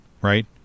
right